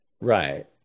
Right